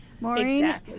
maureen